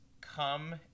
come